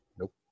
Nope